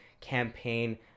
campaign